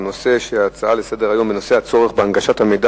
ההצעה לסדר-היום בנושא הצורך בהנגשת המידע